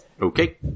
Okay